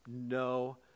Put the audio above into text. No